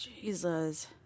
Jesus